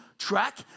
track